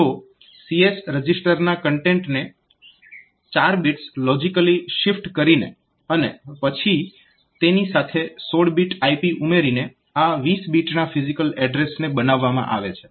તો CS રજીસ્ટરના કન્ટેન્ટને 4 બિટ્સ લોજીકલી શિફ્ટ કરીને અને પછી તેની સાથે 16 બીટ IP ઉમેરીને આ 20 બીટના ફિઝીકલ એડ્રેસને બનાવવામાં આવે છે